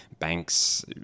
banks